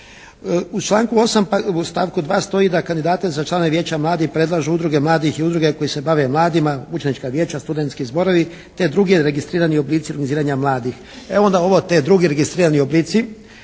U članku 8. stavku 2. stoji da kandidate za članove Vijeća mladih predlažu Udruge mladih i udruge koje se bave mladima, učenička vijeća, studentski zborovi te drugi registrirani oblici organiziranja mladih. E onda ti drugi registrirani oblici